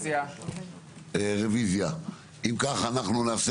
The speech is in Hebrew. הישיבה ננעלה